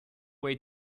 way